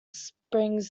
springs